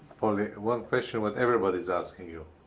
poldek, one question what everybody is asking you.